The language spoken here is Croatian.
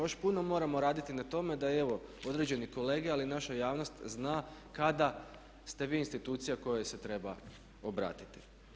Još puno moramo raditi na tome da evo određeni kolege, ali naša javnost zna kada ste vi institucija kojoj se treba obratiti.